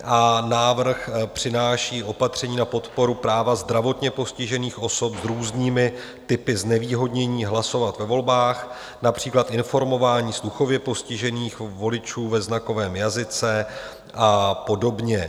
A návrh přináší opatření na podporu práva zdravotně postižených osob s různými typy znevýhodnění hlasovat ve volbách, například informování sluchově postižených voličů ve znakovém jazyce a podobně.